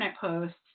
posts